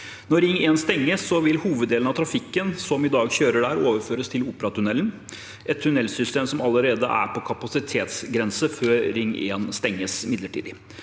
Når Ring 1 stenges, vil hoveddelen av trafikken som i dag kjører der, overføres til Operatunnelen, et tunnelsystem som allerede er på kapasitetsgrense før Ring 1 stenges midlertidig.